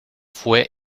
fue